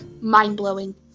Mind-blowing